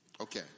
Okay